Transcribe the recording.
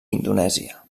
indonèsia